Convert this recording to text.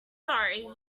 sorry